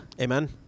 Amen